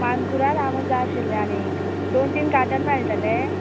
मानकुराद आंबे जाय आशिल्ले आनीक दोन तीन कार्टन मेळटले